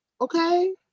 okay